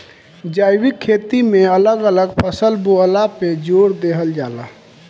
जैविक खेती में अलग अलग फसल बोअला पे जोर देहल जाला